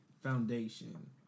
foundation